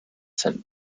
sent